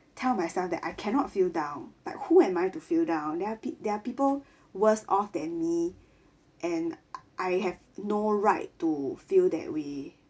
tell myself that I cannot feel down but who am I to feel down there there are people worse off than me and I have no right to feel that way